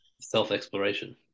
self-exploration